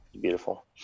beautiful